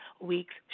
week's